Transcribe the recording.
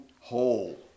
whole